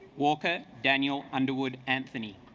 walker daniel underwood anthony